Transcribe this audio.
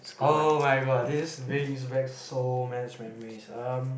oh-my-god this brings back so much memories um